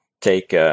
take